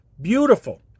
beautiful